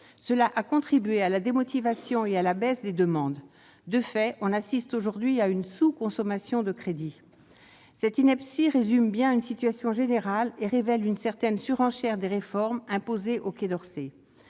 Elle a contribué à la démotivation et à la baisse des demandes. De fait, on assiste aujourd'hui à une sous-consommation des crédits. Cette ineptie résume bien une situation générale et révèle une certaine surenchère des réformes imposées au Quai d'Orsay.